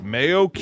mayo